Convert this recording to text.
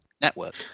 network